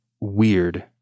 weird